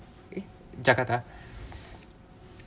eh jakarta